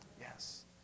Yes